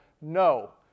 no